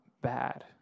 bad